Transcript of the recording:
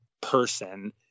person